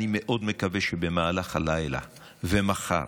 אני מאוד מקווה שבמהלך הלילה ומחר